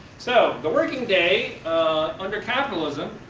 so, the working day under capitalism,